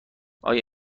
آیا